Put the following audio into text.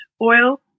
Oil